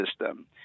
system